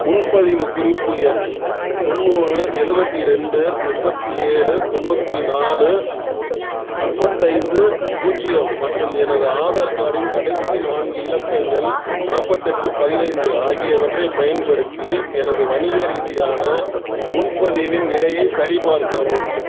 முன்பதிவு குறிப்பு எண் தொண்ணூறு எழுவத்தி ரெண்டு முப்பத்தி ஏழு தொண்ணூற்றி நாலு முப்பத்தைந்து பூஜ்ஜியம் மற்றும் எனது ஆதார் கார்டின் கடைசி நான்கு இலக்கங்கள் நாற்பத்தெட்டு பதினைந்து ஆகியவற்றைப் பயன்படுத்தி எனது வணிக ரீதியான முன்பதிவின் நிலையைச் சரிபார்க்கவும்